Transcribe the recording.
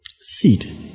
Seed